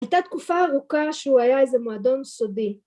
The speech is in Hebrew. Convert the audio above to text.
‫הייתה תקופה ארוכה ‫שהוא היה איזה מועדון סודי.